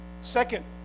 Second